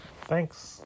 Thanks